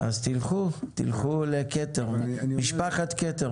אז תלכו למשפחת כתר,